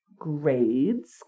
grades